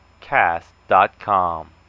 cast.com